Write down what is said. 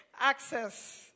access